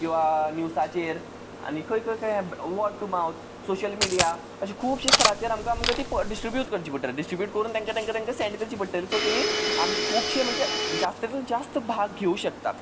किंवां न्यूजाचेर आनी खंय खंय खंय word to mouth social media अशे खुबशे स्थरांचेर आमकां आमकां ती डिस्ट्रिब्यूट करची पडटलीं डिस्ट्रिब्यूट करून तेंकां तेंकां तेंकां सेन्ड करचीं पडटलीं सो तेणीं आमी खुबशीं म्हणचे जास्त जास्त भाग घेवूंक शकतात